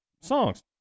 songs